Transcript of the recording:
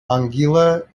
anguilla